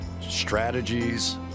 strategies